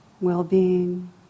well-being